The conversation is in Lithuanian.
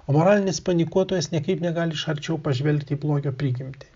o moralinis panikuotojas niekaip negali iš arčiau pažvelgti į blogio prigimtį